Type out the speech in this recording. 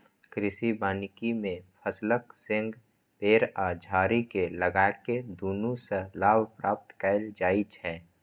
कृषि वानिकी मे फसलक संग पेड़ आ झाड़ी कें लगाके दुनू सं लाभ प्राप्त कैल जाइ छै